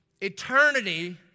eternity